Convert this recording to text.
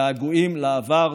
געגועים לעבר.